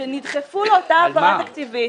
שנדחפו לאותה העברה תקציבית.